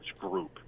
group